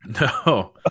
no